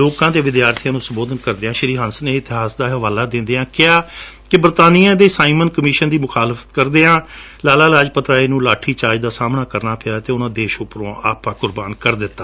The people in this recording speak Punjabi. ਲੋਕਾਂ ਅਤੇ ਵਿਦਿਆਰਥੀਆਂ ਨੰ ਸੰਬੋਧਨ ਕਰਦਿਆਂ ਸ਼ੀ ਹੰਸ ਨੇ ਇਤਿਹਾਸ ਦਾ ਹਵਾਲਾ ਦਿਦਿਆਂ ਕਿਹਾ ਕਿ ਬਰਤਾਨੀਆ ਦੇ ਸਾਈਮਨ ਕਮਿਸ਼ਨ ਦੀ ਮੁਖਾਲਫਤ ਕਰਦਿਆਂ ਲਾਲਾ ਲਾਜਪਤ ਰਾਏ ਨੂੰ ਲਾਠੀਚਾਰਜ ਦਾ ਸਾਹਮਣਾ ਕਰਣਾ ਪਿਆ ਅਤੇ ਉਨੂਂ ਦੇਸ਼ ਉਂਪਰੋਂ ਆਪਾ ਕੁਰਬਾਨ ਕਰ ਦਿਂਤਾ